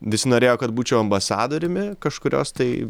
visi norėjo kad būčiau ambasadoriumi kažkurios tai